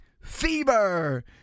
fever